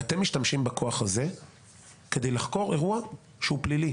ואתם משתמשים בכוח הזה כדי לחקור אירוע שהוא פלילי,